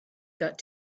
got